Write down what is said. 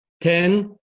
Ten